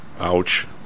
ouch